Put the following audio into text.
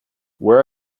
where